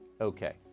Okay